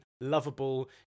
lovable